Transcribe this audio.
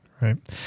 Right